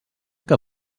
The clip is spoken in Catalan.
que